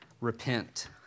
repent